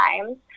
times